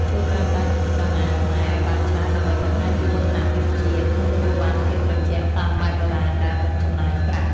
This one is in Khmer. ចូរប្រើប្រាស់ក្រមាខ្មែរឱ្យបានច្រើនដើម្បីបង្ហាញពីមោទនភាពជាតិនិងទទួលបានភាពត្រជាក់តាមបែបបុរាណដែលមិនចំណាយប្រាក់។